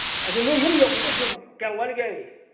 ꯑꯗꯩ ꯅꯣꯏ ꯌꯨꯝ ꯌꯧꯒꯗꯕꯁꯨ ꯀ꯭ꯌꯥꯝ ꯋꯥꯠꯂꯤꯒꯦ